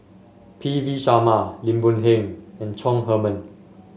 P V Sharma Lim Boon Heng and Chong Heman